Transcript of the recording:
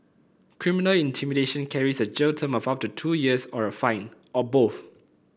criminal intimidation carries a jail term of up to two years or a fine or both